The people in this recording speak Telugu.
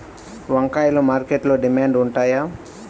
వంకాయలు మార్కెట్లో డిమాండ్ ఉంటాయా?